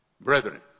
brethren